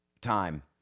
time